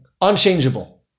unchangeable